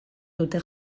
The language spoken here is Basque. dute